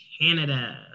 Canada